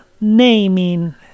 naming